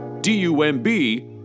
D-U-M-B